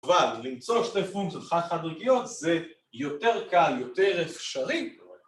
‫אבל למצוא שתי פונקציות חד חד ערכיות ‫זה יותר קל, יותר אפשרי.